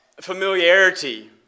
familiarity